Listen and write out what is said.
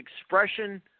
expression